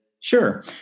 Sure